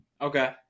Okay